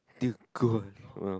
due god uh